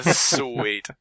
Sweet